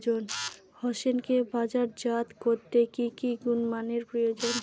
হোসেনকে বাজারজাত করতে কি কি গুণমানের প্রয়োজন?